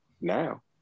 now